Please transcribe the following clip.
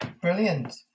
brilliant